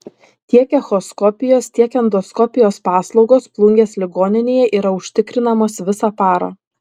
tiek echoskopijos tiek endoskopijos paslaugos plungės ligoninėje yra užtikrinamos visą parą